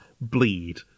bleed